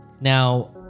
Now